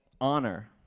honor